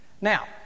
Now